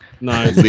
No